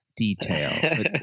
detail